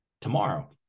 tomorrow